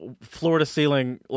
floor-to-ceiling